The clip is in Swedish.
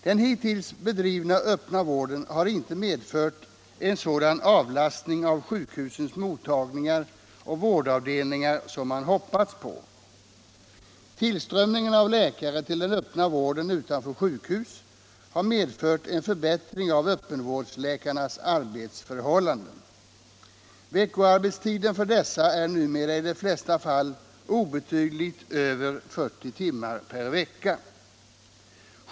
Den hittills bedrivna öppna vården har inte inneburit en sådan avlastning av sjukhusens mottagningar och vårdavdelningar som man hoppats på. Tillströmningen av läkare till den öppna vården utanför sjukhus har medfört en förbättring av öppenvårdsläkarnas arbetsförhållanden. Veckoarbetstiden för dessa är numera i de flesta fall obetydligt över 40 timmar per vecka.